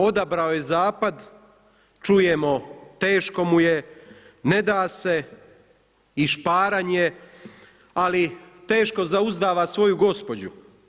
Odabrao je zapad, čujemo teško mu je, neda se i šparanje, ali teško zauzdava svoju gospođu.